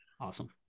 Awesome